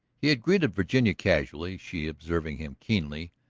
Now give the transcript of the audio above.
he had greeted virginia casually she, observing him keenly,